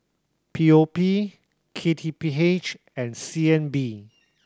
P O P K T P H and C N B